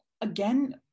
Again